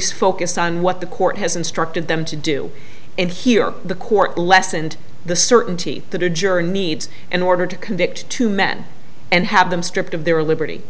spoke us on what the court has instructed them to do and here the court lessened the certainty that a juror needs in order to convict two men and have them stripped of their liberty